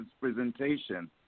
presentation